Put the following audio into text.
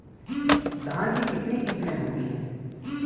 धान की कितनी किस्में होती हैं?